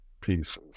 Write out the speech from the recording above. pieces